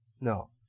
No